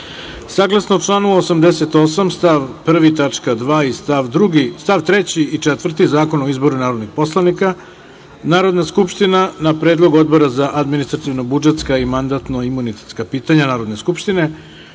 članu 88. stav 1. tačka 2) i st. 3. i 4. Zakona o izboru narodnih poslanika, Narodna skupština, na predlog Odbora za administrativno-budžetska i mandatno-imunitetska pitanja Narodne skupštine,